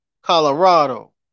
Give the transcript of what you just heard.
Colorado